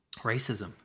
racism